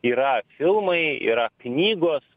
yra filmai yra knygos